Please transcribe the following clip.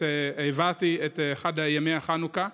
העברתי את אחד מימי החנוכה.